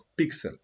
pixel